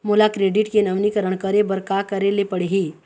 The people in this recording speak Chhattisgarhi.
मोला क्रेडिट के नवीनीकरण करे बर का करे ले पड़ही?